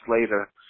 later